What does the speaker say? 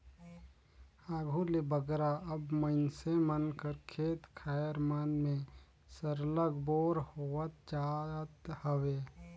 आघु ले बगरा अब मइनसे मन कर खेत खाएर मन में सरलग बोर होवत जात हवे